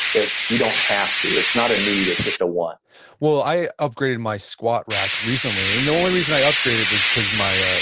but you don't have to. it's not a need, it's just a want well, i upgraded my squat rack recently. and the only reason i upgraded was cause my, ah